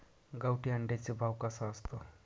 गावठी अंड्याचा भाव कसा असतो?